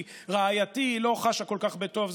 כי רעייתי לא חשה כל כך בטוב.